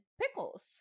pickles